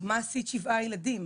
"..למה עשית שבעה ילדים?..".